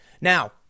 Now